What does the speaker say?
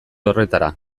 horretara